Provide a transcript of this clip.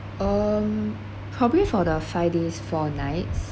um probably for the five days four nights